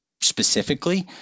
specifically